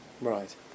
Right